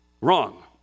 wrong